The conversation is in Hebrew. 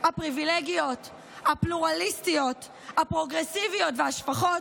הפריבילגיות, הפלורליסטיות, הפרוגרסיביות והשפחות,